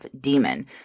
demon